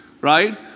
right